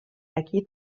aquí